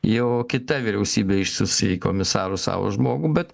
jau kita vyriausybė išsiųs į komisarus savo žmogų bet